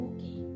Okay